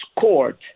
court